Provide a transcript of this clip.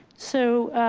so,